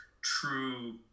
true